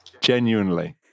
Genuinely